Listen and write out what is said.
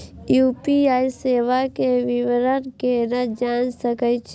UPI सेवा के विवरण केना जान सके छी?